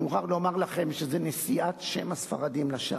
אני מוכרח לומר לכם שזו נשיאת שם הספרדים לשווא.